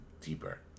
deeper